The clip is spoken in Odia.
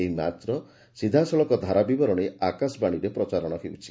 ଏହି ମ୍ୟାଚ୍ର ସିଧାସଳଖ ଧାରାବିବରଣୀ ଆକାଶବାଶୀରେ ପ୍ରସାରଣ ହେଉଛି